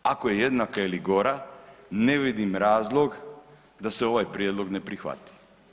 Ako je jednaka ili gora ne vidim razlog da se ovaj prijedlog ne prihvati.